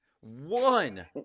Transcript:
One